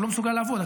הוא לא מסוגל לעבוד.